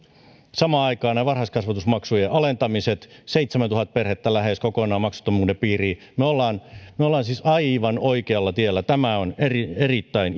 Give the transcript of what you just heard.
samaan aikaan tulevat nämä varhaiskasvatusmaksujen alentamiset lähes seitsemäntuhatta perhettä kokonaan maksuttomuuden piiriin me olemme siis aivan oikealla tiellä tämä on erittäin